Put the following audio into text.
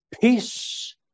Peace